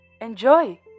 enjoy